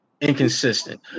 inconsistent